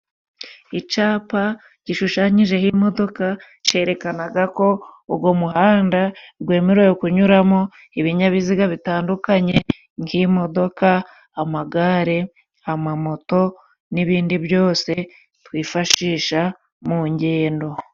Icapa gishushanyijeho imodoka cerekanaga ko Ugo muhanda gwemerewe kunyuramo ibinyabiziga bitandukanye: nk'imodoka, amagare, amamoto n'ibindi byose twifashisha mu ngendo.